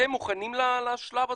אתם מוכנים לשלב הזה?